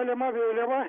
keliama vėliava